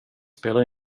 spelar